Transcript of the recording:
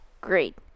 great